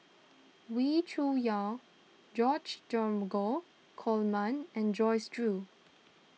Wee Cho Yaw George Dromgold Coleman and Joyce Jue